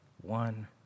one